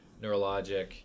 neurologic